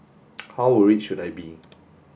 how worried should I be